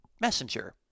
messenger